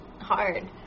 hard